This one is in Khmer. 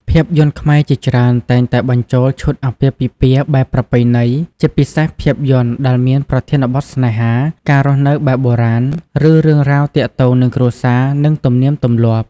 ភាពយន្តខ្មែរជាច្រើនតែងតែបញ្ចូលឈុតអាពាហ៍ពិពាហ៍បែបប្រពៃណី ជាពិសេសភាពយន្តដែលមានប្រធានបទស្នេហា ការរស់នៅបែបបុរាណ ឬរឿងរ៉ាវទាក់ទងនឹងគ្រួសារ និងទំនៀមទម្លាប់។